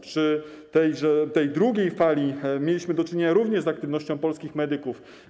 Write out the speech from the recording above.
Przy tej drugiej fali mieliśmy do czynienia również z aktywnością polskich medyków.